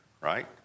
right